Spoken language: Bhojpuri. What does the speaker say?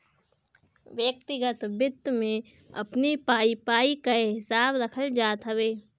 व्यक्तिगत वित्त में अपनी पाई पाई कअ हिसाब रखल जात हवे